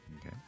Okay